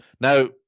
Now